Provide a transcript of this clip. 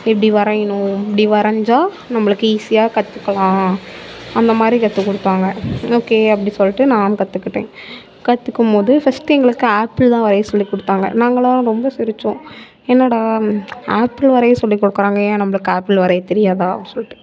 எப்படி வரையணும் இப்படி வரைஞ்சால் நம்மளுக்கு ஈஸியாக கற்றுக்கலாம் அந்த மாதிரி கற்றுக் கொடுத்தாங்க ஓகே அப்படினு சொல்லிவிட்டு நானும் கற்றுக்கிட்டேன் கற்றுக்கும்போது ஃபஸ்ட்டு எங்களுக்கு ஆப்பிள் தான் வரைய சொல்லிக் கொடுத்தாங்க நாங்களாம் ரொம்ப சிரித்தோம் என்னடா ஆப்பிள் வரைய சொல்லிக் கொடுக்குறாங்க ஏன் நம்பளுக்கு ஆப்பிள் வரைய தெரியாதா அப்படி சொல்லிட்டு